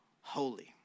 holy